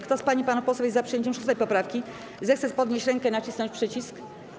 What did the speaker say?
Kto z pań i panów posłów jest za przyjęciem 6. poprawki, zechce podnieść rękę i nacisnąć przycisk.